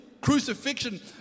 crucifixion